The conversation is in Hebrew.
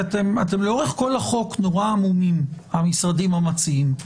לאורך כל החוק המשרדים המציעים מאוד עמומים.